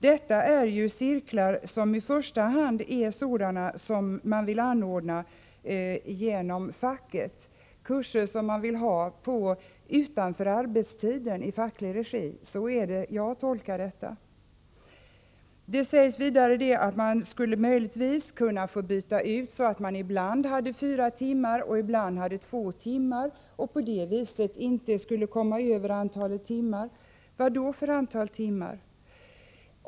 De nu ifrågavarande cirklarna är ju främst sådana som man tänker anordna genom fackets försorg, kurser under icke-arbetstid i fackets regi. Så har jag tolkat skrivningen. Vidare skrivs det att man möjligtvis skulle kunna byta så att det ibland blir fråga om 4 timmar, ibland 2 timmar. På det sättet skulle man inte behöva överskrida antalet timmar. Vad då för antal timmar?